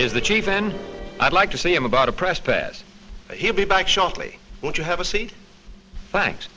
is the chief and i'd like to see him about a press pass he'll be back shortly but you have a seat thanks